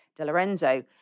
DeLorenzo